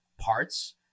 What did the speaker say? parts